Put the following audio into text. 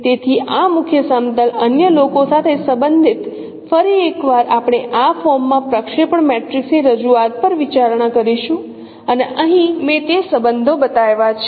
તેથી આ મુખ્ય સમતલ અન્ય લોકો સાથે સંબંધિત ફરી એકવાર આપણે આ ફોર્મ માં પ્રક્ષેપણ મેટ્રિક્સ ની રજૂઆત પર વિચારણા કરીશું અને અહીં મેં તે સંબંધો બતાવ્યા છે